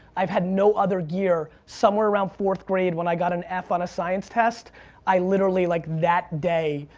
i've had no other gear. somewhere around fourth grade when i got an f on a science test i literally, like that day,